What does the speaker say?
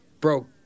broke